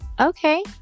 okay